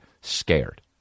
scared